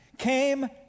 came